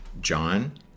John